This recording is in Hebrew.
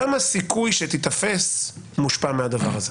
גם הסיכוי שתיתפס מושפע מהדבר הזה.